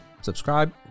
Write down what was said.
subscribe